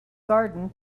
garden